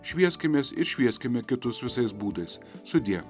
švieskimės ir švieskime kitus visais būdais sudie